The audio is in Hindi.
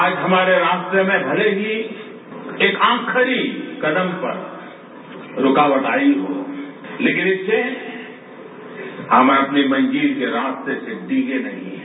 आज हमारे रास्ते में भले ही एक आखिरी कदम पर रूकावट आयी हो लेकिन इससे हम अपनी मंजिल के रास्ते से डिगे नहीं हैं